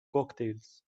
cocktails